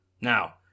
Now